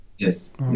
Yes